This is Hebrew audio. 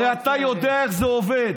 הרי אתה יודע איך זה עובד,